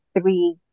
three